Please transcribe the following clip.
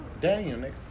Daniel